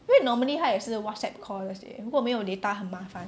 因为 normally 她也是 WhatsApp call 那些如果没有 data 很麻烦